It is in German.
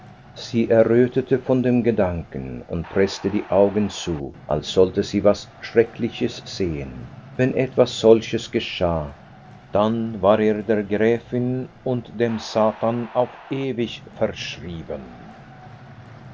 potiphar sie errötete von dem gedanken und preßte die augen zu als sollte sie was schreckliches sehen wenn etwas solches geschah dann war er der gräfin und dem satan auf ewig verschrieben